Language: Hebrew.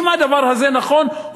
אם הדבר הזה נכון,